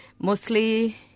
mostly